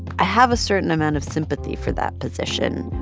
i have a certain amount of sympathy for that position.